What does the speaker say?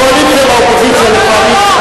הקואליציה והאופוזיציה לפעמים,